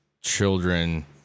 children